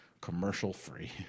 commercial-free